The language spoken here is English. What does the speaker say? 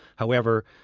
however,